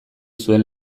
zuen